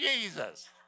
Jesus